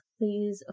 please